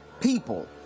people